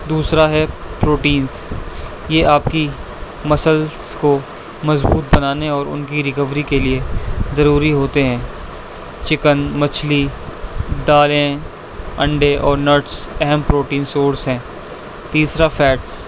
دوسرا ہے پروٹینس یہ آپ کی مسلس کو مضبوط بنانے اور ان کی ریکوری کے لیے ضروری ہوتے ہیں چکن مچھلی دالیں انڈے اور نٹس اہم پروٹین سورس ہیں تیسرا فیٹس